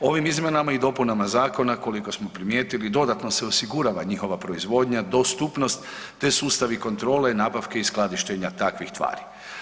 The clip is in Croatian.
Ovim izmjenama i dopunama zakona, koliko smo primijetili, dodatno se osigurava njihova proizvodnja, dostupnost, te sustavi kontrole, nabavke i skladištenja takvih tvari.